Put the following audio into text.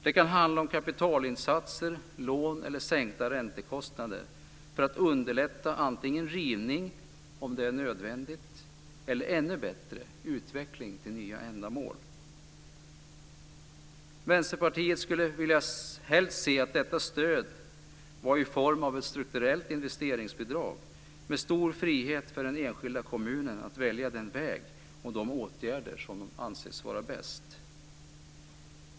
Det kan handla om kapitalinsatser, lån eller sänkta räntekostnader för att underlätta antingen rivning om det är nödvändigt eller ännu bättre utveckling till nya ändamål. Vänsterpartiet vill helst se att detta stöd var i form av ett strukturellt investeringsbidrag med stor frihet för den enskilda kommunen att välja den väg och de åtgärder som den anser vara bäst.